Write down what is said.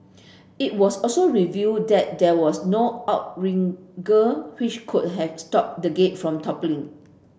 it was also revealed that there was no outrigger which could have stopped the gate from toppling